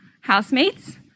housemates